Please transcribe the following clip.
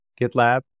GitLab